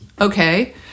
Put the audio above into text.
okay